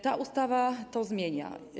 Ta ustawa to zmienia.